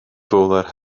fowler